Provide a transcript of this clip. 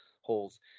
holes